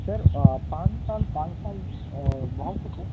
sir पाँच साल पाँच साल बहुत है सर